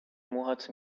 موهات